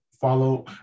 follow